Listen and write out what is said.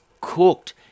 cooked